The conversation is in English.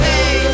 Hey